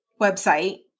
website